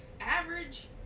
Average